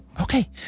okay